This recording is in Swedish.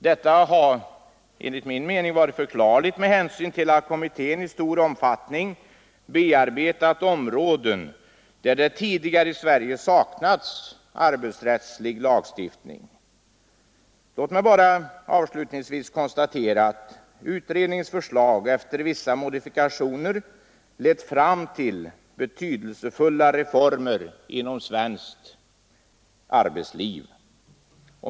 Detta har enligt min mening varit förklarligt med hänsyn till att kommittén i stor omfattning bearbetat områden där det tidigare i Sverige saknats arbetsrättslig lagstiftning. Låt mig bara avslutningsvis konstatera att utredningens förslag efter vissa modifikationer lett fram till betydelsefulla reformer inom svenskt arbetsliv.